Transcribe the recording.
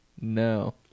No